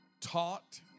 taught